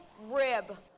rib